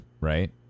right